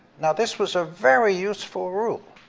now this was a very useful rule,